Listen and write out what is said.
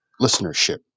listenership